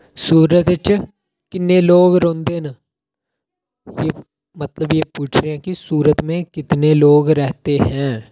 सूरत च किन्ने लोक रौंह्दे न मतलब एह् पुच्छने आं कि सूरत में कितने लोक रह्ते हैं